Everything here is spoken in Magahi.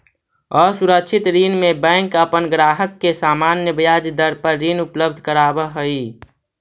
असुरक्षित ऋण में बैंक अपन ग्राहक के सामान्य ब्याज दर पर ऋण उपलब्ध करावऽ हइ